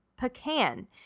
Pecan